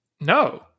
No